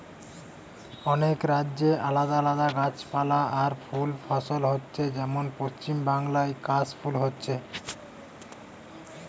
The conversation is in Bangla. অনেক রাজ্যে আলাদা আলাদা গাছপালা আর ফুল ফসল হচ্ছে যেমন পশ্চিমবাংলায় কাশ ফুল হচ্ছে